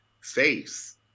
face